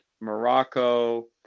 Morocco